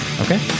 Okay